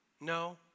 No